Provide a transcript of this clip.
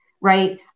right